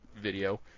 video